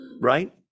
right